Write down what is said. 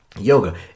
yoga